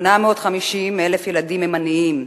850,000 ילדים הם עניים,